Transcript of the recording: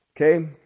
Okay